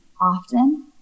often